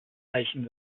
eichen